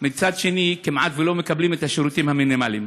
מצד שני, כמעט שלא מקבלים את השירותים המינימליים.